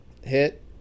hit